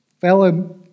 fellow